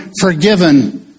forgiven